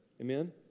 Amen